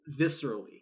viscerally